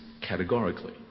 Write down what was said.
categorically